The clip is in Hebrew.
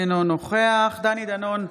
אינו נוכח דני דנון,